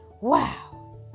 Wow